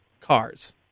cars